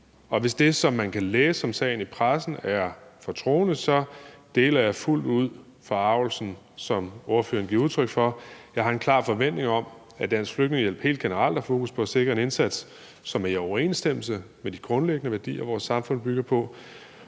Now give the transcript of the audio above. og hvis det, som man kan læse om sagen i pressen, står til troende, så deler jeg fuldt ud forargelsen, som ordføreren giver udtryk for. Jeg har en klar forventning om, at Dansk Flygtningehjælp helt generelt har fokus på at sikre en indsats, som er i overensstemmelse med de grundlæggende værdier, vores samfund er bygget på.